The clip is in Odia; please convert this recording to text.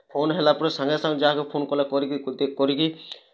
ଫୋନ୍ ହେଲା ପରେ ସାଙ୍ଗେ ସାଙ୍ଗେ ଯାହାକୁ ଫୋନ୍ କଲେ କରିକି କରିକି